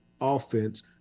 offense